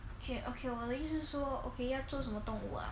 K okay lor 我的意思是说 okay 要做什么动物 ah